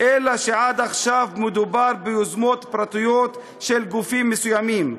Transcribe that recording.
עד עכשיו מדובר ביוזמות פרטיות של גופים מסוימים.